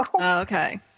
Okay